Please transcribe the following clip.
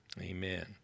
Amen